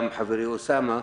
גם חברי אוסאמה,